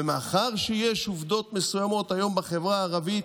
ומאחר שיש עובדות מסוימות היום בחברה הערבית,